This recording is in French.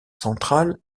central